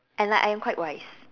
and like I am quite wise